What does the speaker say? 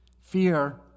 Fear